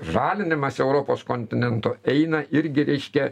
žalinimas europos kontinento eina irgi reiškia